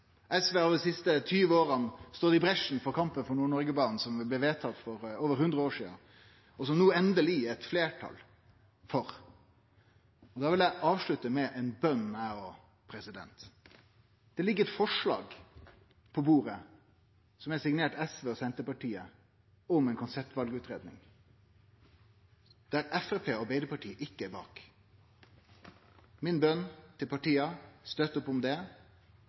SV har dei siste 20 åra stått i bresjen for kampen for Nord-Norgebanen, som blei vedtatt for over 100 år sidan, og som det no endeleg er eit fleirtal for. Da vil eg avslutte med ei bønn eg òg: Det ligg eit forslag på bordet som er signert SV og Senterpartiet, om ei konseptvalutgreiing, som Framstegspartiet og Arbeidarpartiet ikkje står bak. Mi bønn til partia er å støtte opp om det,